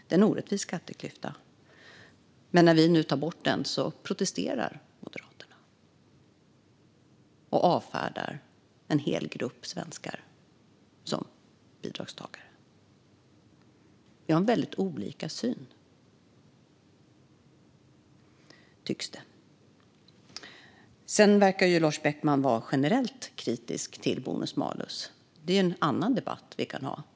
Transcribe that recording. Det är en orättvis skatteklyfta. Men när vi nu tar bort den protesterar Moderaterna, och de avfärdar en hel grupp svenskar som bidragstagare. Vi har väldigt olika syn, tycks det. Sedan verkar Lars Beckman vara generellt kritisk till bonus malus. Det är en annan debatt vi kan ha.